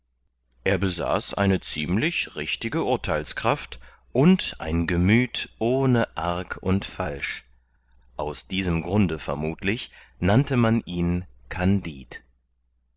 er besaß eine ziemlich richtige urtheilskraft und ein gemüth ohne arg und falsch aus diesem grunde vermuthlich nannte man ihn kandid